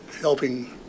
helping